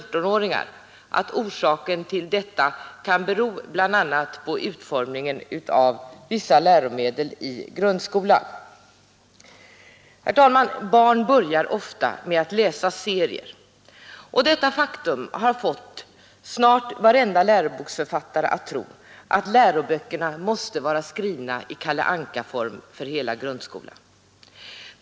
En närmare bekantskap med läromedlen har fått mig att tro att orsaken till detta kan vara bl.a. utformningen av vissa läromedel i grundskolan. Barn börjar oftast med att läsa serier, och detta faktum har fått snart sagt varenda läroboksförfattare att tro att läroböckerna för hela grundskolan måste vara skrivna i Kalle Anka-form.